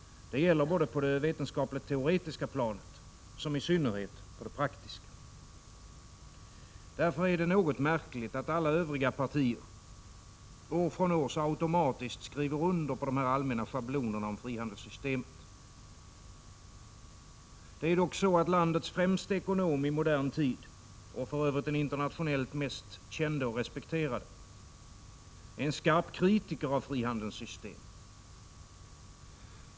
Det gäller både på det vetenskapligt-teoretiska planet och i synnerhet på det praktiska. Därför är det något märkligt att alla partier utom vpk så automatiskt år efter år skriver under på de allmänna schablonerna om frihandelssystemet. Det är ju dock så, att landets främste ekonom i modern tid, och för övrigt den internationellt mest kände och respekterade, är en skarp kritiker av frihandelns system.